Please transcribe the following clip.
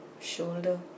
shoulder